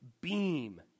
beam